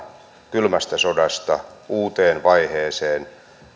kylmästä sodasta uuteen vaiheeseen